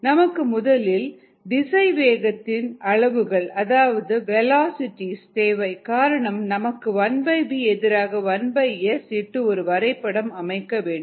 நமக்கு முதலில் திசைவேகத்தின் அளவுகள் அதாவது வேலாசிட்டிஸ் v velocities தேவை காரணம் நமக்கு 1v எதிராக 1s இட்டு ஒரு வரைபடம் அமைக்க வேண்டும்